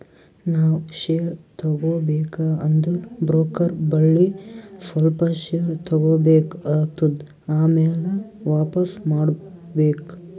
ನಾವ್ ಶೇರ್ ತಗೋಬೇಕ ಅಂದುರ್ ಬ್ರೋಕರ್ ಬಲ್ಲಿ ಸ್ವಲ್ಪ ಶೇರ್ ತಗೋಬೇಕ್ ಆತ್ತುದ್ ಆಮ್ಯಾಲ ವಾಪಿಸ್ ಮಾಡ್ಬೇಕ್